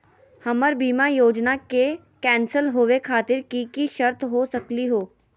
हमर बीमा योजना के कैन्सल होवे खातिर कि कि शर्त हो सकली हो?